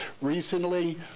recently